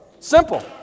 Simple